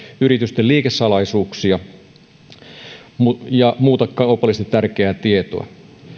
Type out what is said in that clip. yritysten liikesalaisuuksia ja muuta kaupallisesti tärkeää tietoa